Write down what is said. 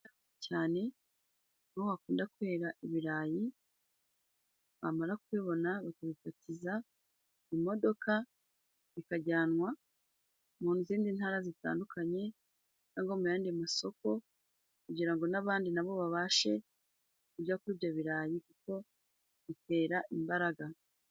Cyane ko hakunda kwera ibirayi bamara kubibona bakabitotiza imodoka bikajyanwa mu zindi ntara zitandukanye cyangwa mu yandi masoko kugira ngo n'abandi nabo babashe kujya kurya kwibyo birayi kuko bitera imbaraga.